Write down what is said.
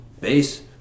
base